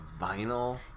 vinyl